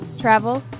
travel